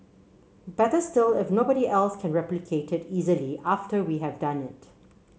better still if nobody else can replicate it easily after we have done it